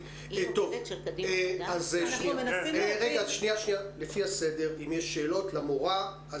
אם יש שאלות למורה,